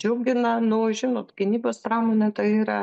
džiugina nu žinot gynybos pramonė tai yra